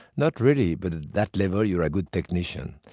not really, but at that level, you're a good technician.